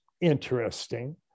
interesting